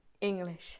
English